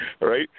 Right